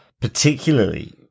particularly